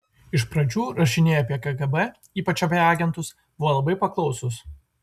iš pradžių rašiniai apie kgb ypač apie agentus buvo labai paklausūs